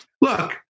Look